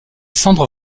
cendres